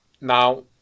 Now